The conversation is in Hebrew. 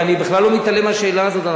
אני בכלל לא מתעלם מהשאלה הזאת,